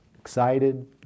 excited